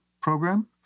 program